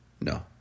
No